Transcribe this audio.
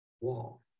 wall